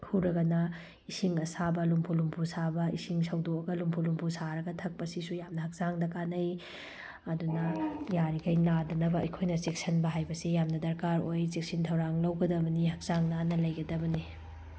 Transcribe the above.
ꯈꯨꯔꯥꯒꯅ ꯏꯁꯤꯡ ꯑꯁꯥꯕ ꯂꯝꯕꯨ ꯂꯨꯝꯕꯨ ꯁꯥꯕ ꯏꯁꯤꯡ ꯁꯧꯗꯣꯛꯑꯒ ꯂꯨꯝꯕꯨ ꯂꯨꯝꯕꯨ ꯁꯥꯔꯒ ꯊꯛꯄꯁꯤꯁꯨ ꯌꯥꯝꯅ ꯍꯛꯆꯥꯡꯗ ꯀꯥꯟꯅꯩ ꯑꯗꯨꯅ ꯌꯥꯔꯤꯈꯩ ꯅꯥꯗꯅꯕ ꯑꯩꯈꯣꯏꯅ ꯆꯦꯛꯁꯤꯟꯕ ꯍꯥꯏꯕꯁꯤ ꯌꯥꯝꯅ ꯗꯔꯀꯥꯔ ꯑꯣꯏ ꯆꯦꯛꯁꯤꯟ ꯊꯧꯔꯥꯡ ꯂꯧꯒꯗꯕꯅꯤ ꯍꯛꯆꯥꯡ ꯅꯥꯟꯅ ꯂꯩꯒꯗꯕꯅꯤ